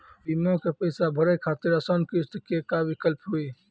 बीमा के पैसा भरे खातिर आसान किस्त के का विकल्प हुई?